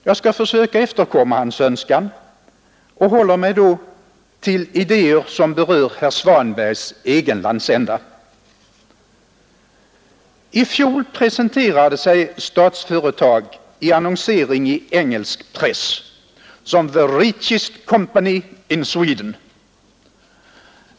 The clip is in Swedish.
Jag skall försöka efterkomma hans önskan och håller mig då till idéer som berör herr Svanbergs egen landsända. I fjol presenterade sig Statsföretag i annonsering i engelsk press som ”the richest company in Sweden”.